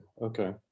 Okay